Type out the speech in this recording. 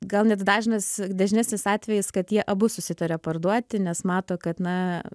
gal net dažnas dažnesnis atvejis kad jie abu susitaria parduoti nes mato kad na